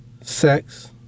Sex